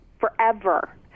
forever